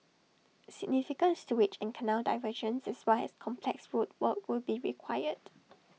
significant sewage and canal diversions as well as complex road work will be required